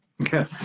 okay